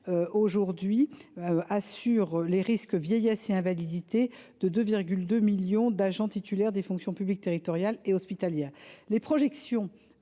sociale assure les risques vieillesse et invalidité de 2,2 millions d’agents titulaires des fonctions publiques territoriale et hospitalière.